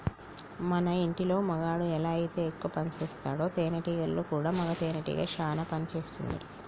మన ఇంటిలో మగాడు ఎలా అయితే ఎక్కువ పనిసేస్తాడో తేనేటీగలలో కూడా మగ తేనెటీగ చానా పని చేస్తుంది